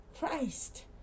Christ